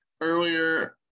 earlier